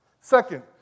Second